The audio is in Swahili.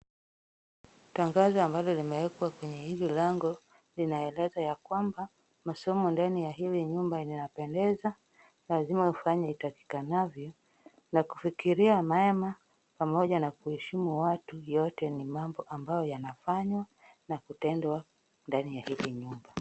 Tangazo ambalo limewekwa kwenye hili lango linaeleza ya kwamba, masomo ndani ya hili nyumba inapendeza, lazima ufanyi itakikanavyo, na kufikiria mema pamoja na kuheshimu watu. Yote ni mambo ambayo yanafanywa na kutendwa ndani ya hili nyumba.